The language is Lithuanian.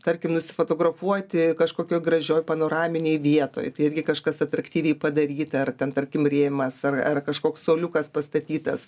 tarkim nusifotografuoti kažkokioj gražioj panoraminėj vietoj tai irgi kažkas atraktyviai padaryta ar ten tarkim rėmas ar ar kažkoks suoliukas pastatytas